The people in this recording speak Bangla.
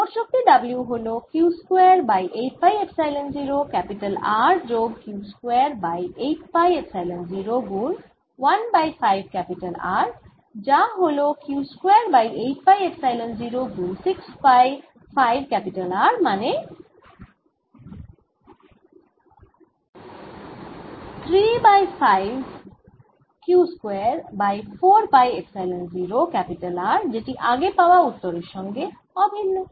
মোট শক্তি W হল Q square by 8 pi epsilon 0 R যোগ Q square by 8 pi epsilon 0 গুন 1 বাই 5 R যা হল Q square by 8 pi epsilon 0 গুন 6 বাই 5 R মানে 3 by 5 Q square by 4 pi epsilon 0 R যেটি আগে পাওয়া উত্তরের সঙ্গে অভিন্ন